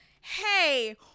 hey